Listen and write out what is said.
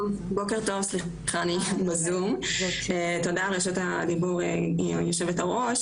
בוקר טוב, תודה על רשות הדיבור, היו"ר.